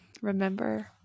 Remember